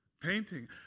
Painting